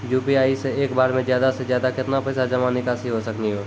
UPI से एक बार मे ज्यादा से ज्यादा केतना पैसा जमा निकासी हो सकनी हो?